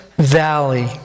Valley